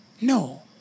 No